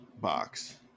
box